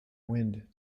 wind